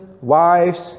wives